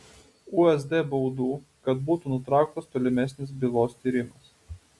usd baudų kad būtų nutrauktas tolimesnis bylos tyrimas